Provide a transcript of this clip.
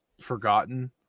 forgotten